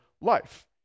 life